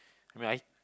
I mean I